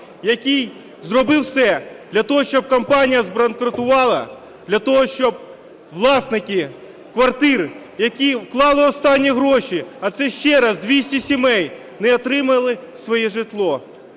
який зробив все, щоб компанія збанкрутувала, для того, щоб власники квартир, які вклали останні гроші, а це, ще раз, 200 сімей не отримали своє житло,